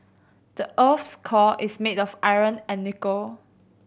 the earth's core is made of iron and nickel